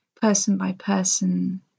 person-by-person